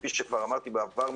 כפי שכבר אמרתי בעבר,